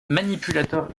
manipulateurs